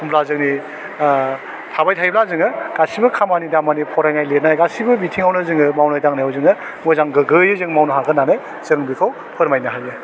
होनब्ला जोंनि ओह थाबाय थायोब्ला जोङो गासिबो खामानि दामानि फरायनाय लिरनाय गासिबो बिथिङावनो जोङो मावनाय दांनायाव जोङो मोजां गोग्गोयै जों मावनो हागोन होनानै जों बेखौ फोरमायनो हायो